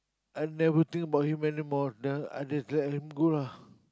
I never think about him anymore then I just let him go lah